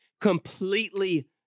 completely